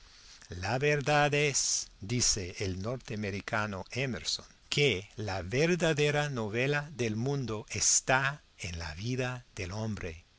la verdad es dice el norteamericano emerson que la verdadera novela del mundo está en la vida del hombre